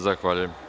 Zahvaljujem.